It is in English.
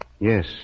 Yes